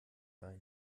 ein